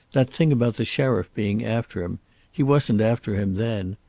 that thing about the sheriff being after him he wasn't after him then.